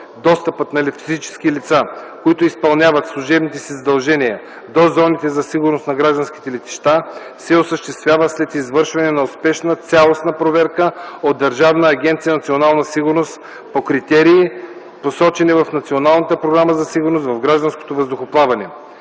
Достъпът на физически лица, които изпълняват служебните си задължения, до зоните за сигурност на гражданските летища се осъществява след извършване на успешна цялостна проверка от Държавна агенция „Национална сигурност” по критерии, посочени в Националната програма